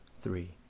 three